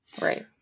right